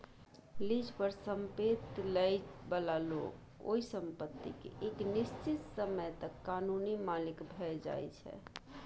lease पर संपैत लइ बला लोक ओइ संपत्ति केँ एक निश्चित समय तक कानूनी मालिक भए जाइ छै